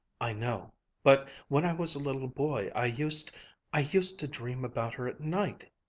i know but when i was a little boy, i used i used to dream about her at night.